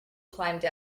climbed